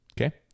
Okay